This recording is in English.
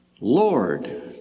Lord